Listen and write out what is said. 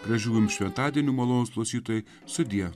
gražių šventadienių malonūs klausytojai sudie